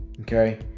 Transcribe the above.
okay